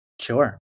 Sure